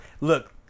Look